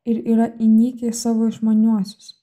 ir yra įnikę į savo išmaniuosius